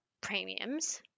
premiums